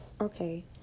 okay